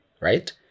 right